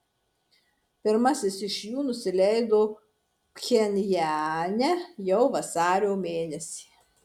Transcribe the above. pirmasis iš jų nusileido pchenjane jau vasario mėnesį